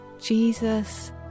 Jesus